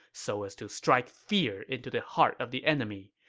so as to strike fear into the heart of the enemy.